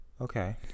Okay